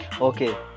Okay